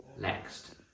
next